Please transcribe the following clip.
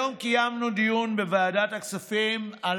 היום קיימנו דיון בוועדת הכספים על